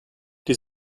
die